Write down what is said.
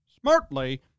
smartly